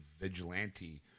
vigilante